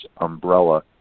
umbrella